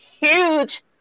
huge